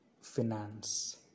Finance